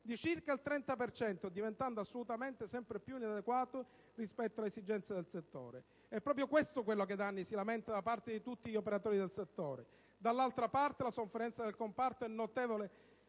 di circa il 30 per cento diventando assolutamente sempre più inadeguato rispetto alle esigenze del settore. È proprio questo quello che da anni si lamenta da parte di tutti gli operatori del settore. D'altra parte, la sofferenza del comparto è notevole